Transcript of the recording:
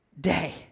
day